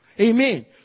Amen